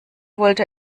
wollte